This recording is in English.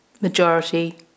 majority